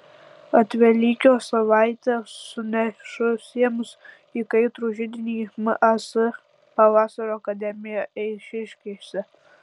atvelykio savaitę sunešusiems į kaitrų židinį mas pavasario akademiją eišiškėse